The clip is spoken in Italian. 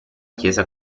chiesa